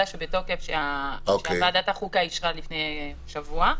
בתוקף שוועדת החוקה אישרה לפני שבוע,